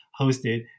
hosted